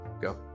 go